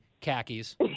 Khakis